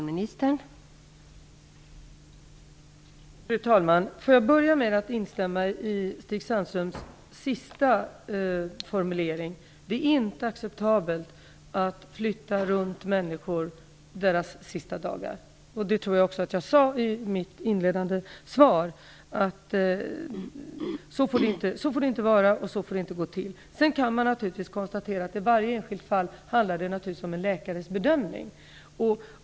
Fru talman! Får jag börja med att instämma i Stig Sandströms sist framförda formulering. Det är inte acceptabelt att flytta runt människor deras sista dagar. Det tror jag också att jag sade i mitt inledande svar. Så får det inte vara, så får det inte gå till. Man kan naturligtvis konstatera att det i varje enskilt fall handlar om en läkares bedömning.